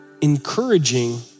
encouraging